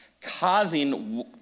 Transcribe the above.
causing